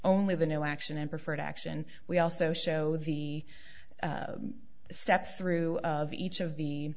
only the new action in preferred action we also show the step through of each of the